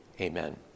Amen